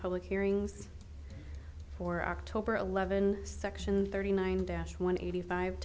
public hearings for october eleven section thirty nine dash one eighty five